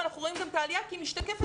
גם כשנותנים לך ללכת לעבודה,